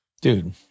Dude